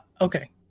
okay